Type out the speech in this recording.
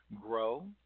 grow